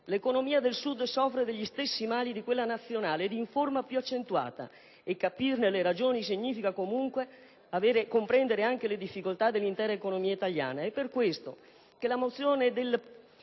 L'economia del Sud soffre degli stessi mali di quella nazionale, ed in forma più accentuata, e capirne le ragioni significa comunque comprendere anche le difficoltà dell'intera economia italiana. È per questo che la mozione del